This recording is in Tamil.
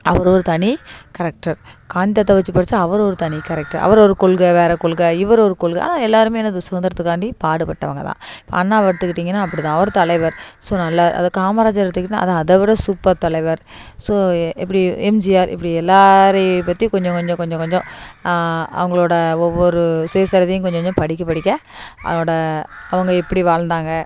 அவர் ஒரு தனி கேரெக்டர் காந்தி தாத்தா வச்சு படிச்சால் அவர் ஒரு தனி கேரெக்டர் அவர் ஒரு கொள்கை வேற கொள்கை இவர் ஒரு கொள்கை ஆனால் எல்லாருமே என்னது சுதந்திரத்துக்காண்டி பாடுப்பட்டவங்கள் தான் இப்போது அண்ணாவை எடுத்துக்கிட்டீங்கன்னால் அப்படிதான் அவர் தலைவர் ஸோ நல்ல அது காமராஜர் எடுத்துக்கிட்டம்னா அதை அதை விட சூப்பர் தலைவர் ஸோ எப்படி எம்ஜிஆர் இப்படி எல்லாரையும் பற்றி கொஞ்சம் கொஞ்சம் கொஞ்சம் கொஞ்சம் அவங்களோடய ஒவ்வொரு சுயசரிதையும் கொஞ்சம் கொஞ்சம் படிக்க படிக்க அதனோடய அவங்க எப்படி வாழ்ந்தாங்க